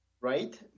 right